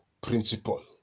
principle